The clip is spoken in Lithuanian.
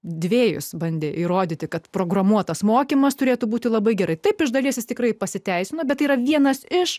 dvėjus bandė įrodyti kad programuotas mokymas turėtų būti labai gerai taip iš dalies jis tikrai pasiteisino bet yra vienas iš